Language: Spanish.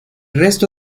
resto